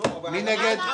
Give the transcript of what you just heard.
מי בעד?